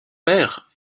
père